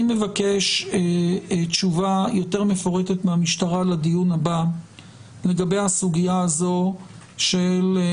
אני מבקש תשובה יותר מפורטת מהמשטרה לדיון הבא לגבי הסוגיה של הפעלת